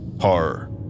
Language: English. horror